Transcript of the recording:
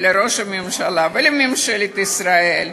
ולראש הממשלה, ולממשלת ישראל: